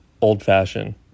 old-fashioned